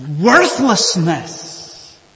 worthlessness